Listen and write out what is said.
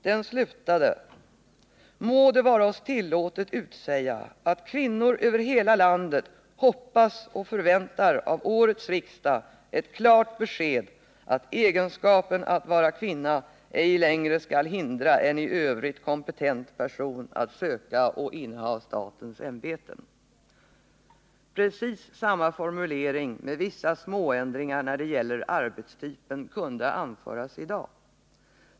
Den slutade: ”Må det vara oss tillåtet att utsäga att kvinnor över hela landet hoppas och förväntar av årets riksdag ett klart besked att egenskapen att vara kvinna ej längre skall hindra en i övrigt kompetent person att söka och inneha statens ämbeten.” Precis samma formulering med vissa småändringar när det gäller arbetstypen kunde användas i dag.